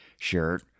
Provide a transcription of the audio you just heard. shirt